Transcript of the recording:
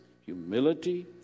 humility